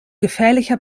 gefährlicher